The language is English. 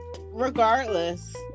regardless